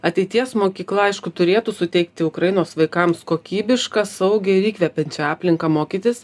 ateities mokykla aišku turėtų suteikti ukrainos vaikams kokybišką saugią ir įkvepiančią aplinką mokytis